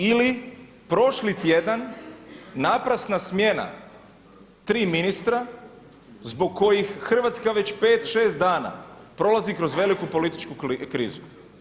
Ili prošli tjedan naprasna smjena tri ministra zbog kojih Hrvatska već pet, šest dana prolazi kroz veliku političku krizu.